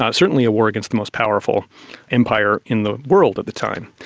ah certainly a war against the most powerful empire in the world at the time.